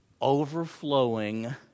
Overflowing